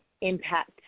impact